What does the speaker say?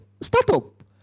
Startup